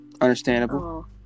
Understandable